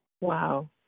Wow